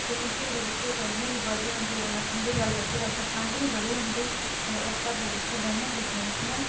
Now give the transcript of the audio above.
लेकिन झगड़े दिक्खेओ गर्मी बी बड़ी होंदी अगर ठंडू दी गल्ल करचै तां ठंड बी बड़ी होंदी अदे इस स्हाबै जेह्की